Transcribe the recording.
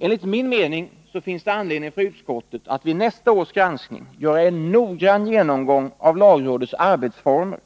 Enligt min mening finns det anledning för utskottet att vid nästa års granskning göra en noggrann genomgång av lagrådets arbetsformer